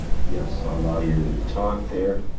yes, i'll allow you to talk there.